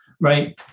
right